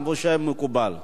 כמו שהיה מקובל.